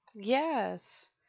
yes